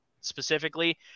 specifically